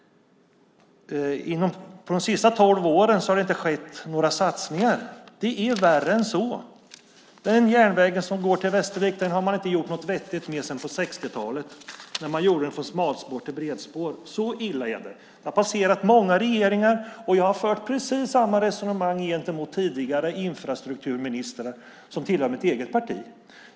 Det sades att det inte skett några satsningar under de senaste tolv åren. Det är faktiskt värre än så. Den järnväg som går till Västervik har man inte gjort något vettigt med sedan 60-talet när den byggdes om från smalspår till bredspår. Så illa är det! Det har passerat många regeringar, och jag har fört precis samma resonemang gentemot tidigare infrastrukturministrar tillhörande mitt eget parti.